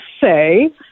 say